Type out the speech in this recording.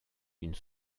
une